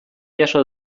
jaso